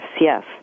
yes